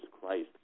christ